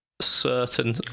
certain